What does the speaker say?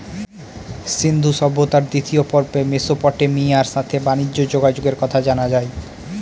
সিন্ধু সভ্যতার দ্বিতীয় পর্বে মেসোপটেমিয়ার সাথে বানিজ্যে যোগাযোগের কথা জানা যায়